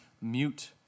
mute